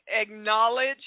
acknowledge